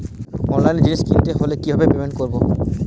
অনলাইনে জিনিস কিনতে হলে কিভাবে পেমেন্ট করবো?